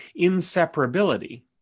inseparability